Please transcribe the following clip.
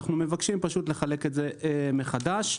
אנחנו מבקשים לחלק את זה מחדש.